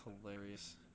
hilarious